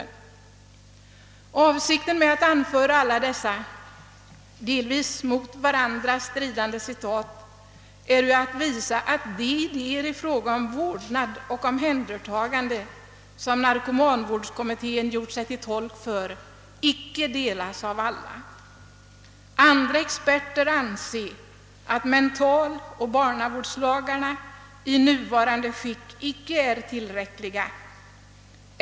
Min avsikt med att anföra alla dessa delvis mot varandra stridande citat är att visa att de idéer i fråga om vårdnad och omhändertagande, som narkomanvårdskommittén gjort sig till talesman för, inte omfattas av alla. Andra experter anser att mentaloch barnavårdslagarna i nuvarande skick inte är tillräckliga.